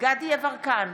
דסטה גדי יברקן,